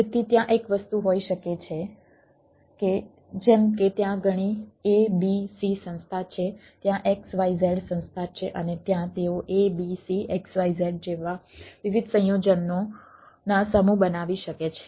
તેથી ત્યાં એક વસ્તુ હોઈ શકે છે કે જેમ કે ત્યાં ઘણી A B C સંસ્થા છે ત્યાં X Y Z સંસ્થા છે અને ત્યાં તેઓ ABC XYZ જેવા વિવિધ સંયોજનોના સમૂહ બનાવી શકે છે